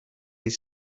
his